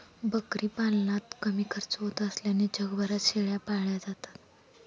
बकरी पालनात कमी खर्च होत असल्याने जगभरात शेळ्या पाळल्या जातात